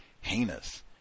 heinous